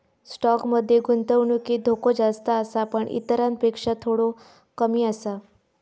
stock मध्ये गुंतवणुकीत धोको जास्त आसा पण इतरांपेक्षा थोडो कमी आसा